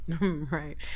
right